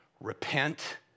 Repent